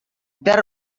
there